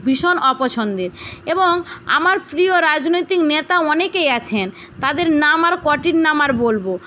ভীষণ অপছন্দের এবং আমার প্রিয় রাজনৈতিক নেতা অনেকেই আছেন তাদের নাম আর কটির নাম আর বলব